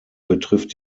betrifft